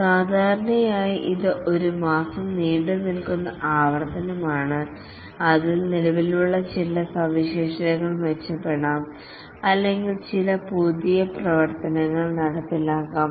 സാധാരണയായി ഇത് ഒരു മാസം നീണ്ടുനിൽക്കുന്ന ആവർത്തനമാണ് അതിൽ നിലവിലുള്ള ചില സവിശേഷതകൾ മെച്ചപ്പെടാം അല്ലെങ്കിൽ ചില പുതിയ പ്രവർത്തനങ്ങൾ നടപ്പിലാക്കാം